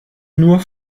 nur